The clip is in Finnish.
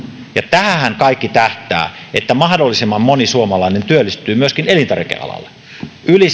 tähänhän kaikki tähtää että mahdollisimman moni suomalainen myöskin työllistyy elintarvikealalle yli